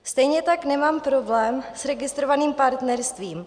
Stejně tak nemám problém s registrovaným partnerstvím.